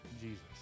Jesus